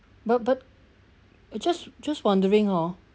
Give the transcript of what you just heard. but but I just just wondering hor